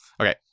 okay